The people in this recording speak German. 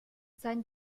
sein